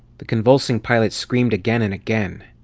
the convulsing pilot screamed again and again.